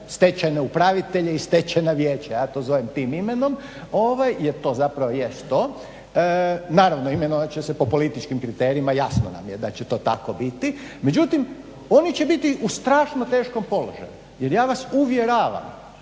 stečajne upravitelje i stečajna vijeća, ja to zovem tim imenom jer to zapravo jest to, naravno imenovat će se po političkim kriterijima, jasno nam je da će to tako biti. Međutim, oni će biti u strašno teškom položaju jer ja vas uvjeravam